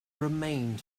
remained